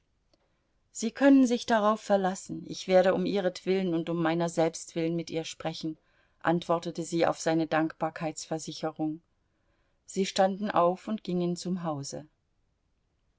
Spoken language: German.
sie können sich darauf verlassen ich werde um ihretwillen und um meiner selbst willen mit ihr sprechen antwortete sie auf seine dankbarkeitsversicherung sie standen auf und gingen zum hause